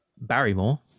Barrymore